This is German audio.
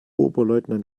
oberleutnant